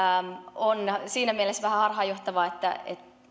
on siinä mielessä vähän harhaanjohtava että